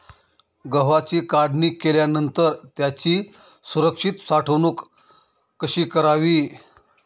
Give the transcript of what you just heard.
गव्हाची काढणी केल्यानंतर त्याची सुरक्षित साठवणूक कशी करावी?